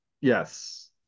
Yes